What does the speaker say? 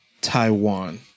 Taiwan